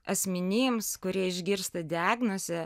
asmenims kurie išgirsta diagnozę